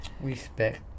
Respect